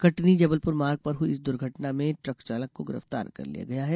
कटनी जबलपुर मार्ग पर हुई इस दुर्घटना में ट्रक चालक को गिरफ्तार कर लिया गया है